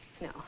No